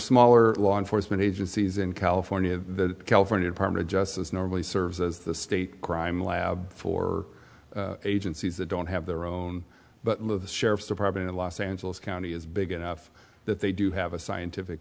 smaller law enforcement agencies in california california department of justice normally serves as the state crime lab for agencies that don't have their own but live the sheriff's department in los angeles county is big enough that they do have a scientific